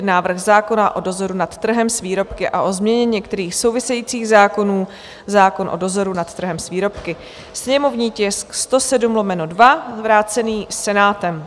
Návrh zákona o dozoru nad trhem s výrobky a o změně některých souvisejících zákonů (zákon o dozoru nad trhem s výrobky) /sněmovní tisk 107/2/ vrácený Senátem